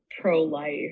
pro-life